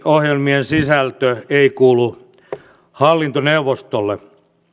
ohjelmien sisältö ei kuulu hallintoneuvostolle